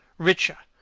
richer